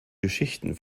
geschichten